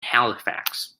halifax